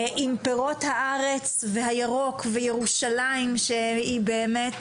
עם פירות הארץ והירוק וירושלים שהיא באמת